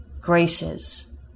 graces